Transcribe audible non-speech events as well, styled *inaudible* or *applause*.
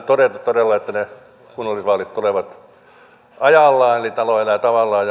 todeta todella että ne kunnallisvaalit tulevat ajallaan eli talo elää tavallaan *unintelligible*